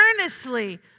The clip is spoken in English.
earnestly